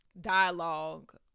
dialogue